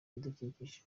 ibidukikije